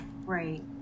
right